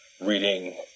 reading